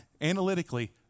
analytically